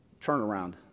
turnaround